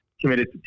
committed